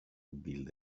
build